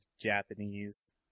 japanese